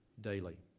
daily